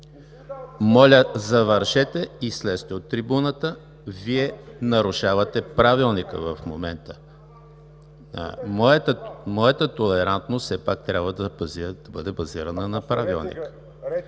Моля, завършете и слезте от трибуната. Вие нарушавате Правилника в момента! Моята толерантност все пак трябва да бъде базирана на правилника.